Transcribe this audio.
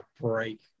break